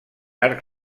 arc